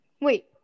Wait